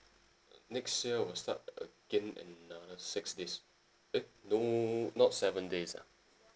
uh next year will start again another six days eh no not seven days ah